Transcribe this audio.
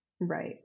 right